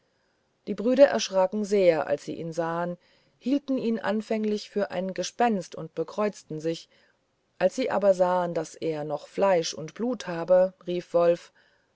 die brüder erschraken sehr als sie ihn sahen hielten ihn anfänglich für ein gespenst und bekreuzten sich als sie aber sahen daß er noch fleisch und blut habe rief wolf